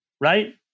Right